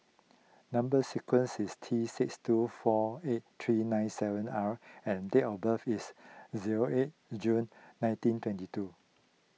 Number Sequence is T six two four eight three nine seven R and date of birth is zero eight June nineteen twenty two